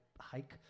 Hike